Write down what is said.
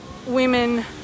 women